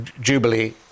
Jubilee